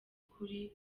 ukuri